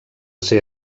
ser